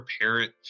parent